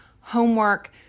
homework